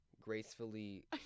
gracefully